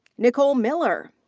nikole miller.